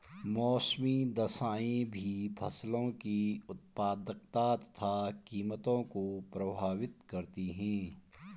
मौसमी दशाएं भी फसलों की उत्पादकता तथा कीमतों को प्रभावित करती है